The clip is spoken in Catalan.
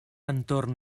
entorn